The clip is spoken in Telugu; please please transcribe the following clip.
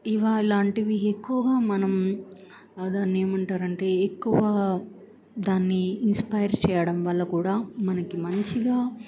ఇవి అలాంటివి ఎక్కువగా మనం దాన్ని ఏమంటారంటే ఎక్కువ దాన్ని ఇన్స్పైర్ చేయడం వల్ల కూడా మనకి మంచిగా